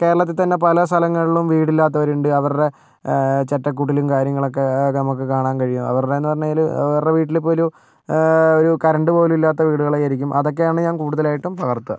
കേരളത്തിൽത്തന്നെ പല സ്ഥലങ്ങളിലും വീടില്ലാത്തവരുണ്ട് അവരുടെ ചെറ്റക്കുടിലും കാര്യങ്ങളൊക്കെ അതൊക്കെ നമുക്ക് കാണാൻ കഴിയും അവരുടെയെന്ന് പറഞ്ഞാൽ അവരുടെ വീട്ടിലിപ്പൊരു ഒരു കറൻറ്റ് പോലും ഇല്ലാത്ത വീടുകളായിരിക്കും അതൊക്കെയാണ് ഞാൻ കൂടുതലായിട്ടും പകർത്തുക